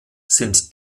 sind